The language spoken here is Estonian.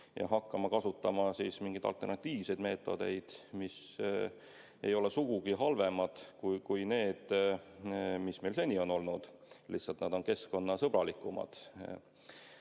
ja hakkama kasutama mingeid alternatiivseid meetodeid, mis ei ole sugugi halvemad kui need, mis meil seni on olnud. Lihtsalt nad on keskkonnasõbralikumad. Samas